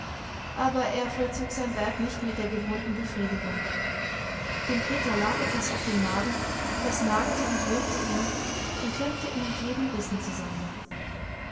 aber er vollzog sein werk nicht mit der gewohnten befriedigung dem peter lag etwas auf dem magen das nagte und würgte ihn und klemmte ihm jeden bissen zusammen